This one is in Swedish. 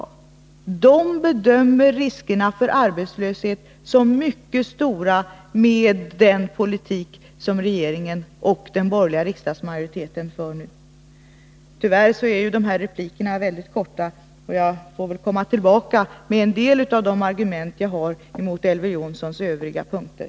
Dessa myndigheter bedömer riskerna för arbetslöshet som mycket stora med den politik som regeringen nu för och den borgerliga riksdagsmajoriteten ställer sig bakom. Tyvärr är tiden för dessa repliker mycket kort. Jag får komma tillbaka med en del av de argument som jag har mot Elver Jonssons övriga punkter.